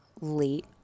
late